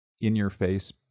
in-your-face